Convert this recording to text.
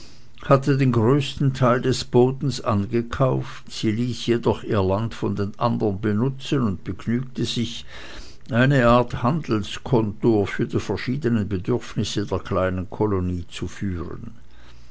hatte den größten teil des bodens angekauft sie ließ jedoch ihr land von den andern benutzen und begnügte sich eine art handelskontor für die verschiedenen bedürfnisse der kleinen kolonie zu führen